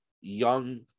young